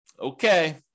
Okay